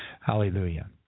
Hallelujah